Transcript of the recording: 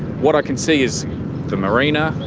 what i can see is the marina,